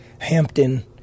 Hampton